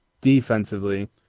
defensively